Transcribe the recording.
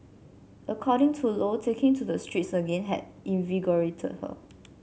according to Lo taking to the streets again had invigorated her